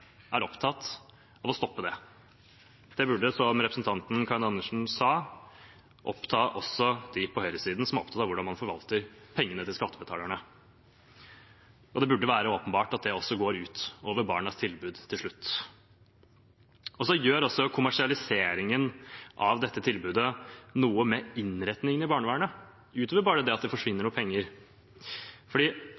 er opptatt av å stoppe det. Det burde, som representanten Karin Andersen sa, oppta dem på høyresiden, som er opptatt av hvordan man forvalter pengene til skattebetalerne. Det burde være åpenbart at det også går ut over barnas tilbud til slutt. Kommersialiseringen av dette tilbudet gjør også noe med innretningen i barnevernet – utover at det bare forsvinner noen penger. For det at